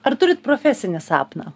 ar turit profesinį sapną